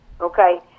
Okay